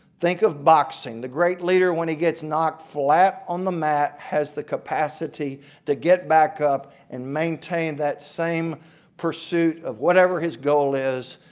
think of boxing the great leader when he gets knocked flat on the mat has the capacity to get back up and maintain that same pursuit of whatever his goal is.